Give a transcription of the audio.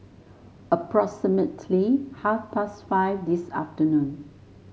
approximately half past five this afternoon